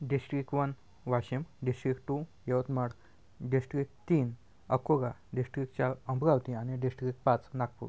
district one Washim district two Yavatmal district तीन Akola district चार अमरावती आणि डिश्ट्रिक पाच नागपूर